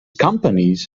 companies